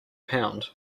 pound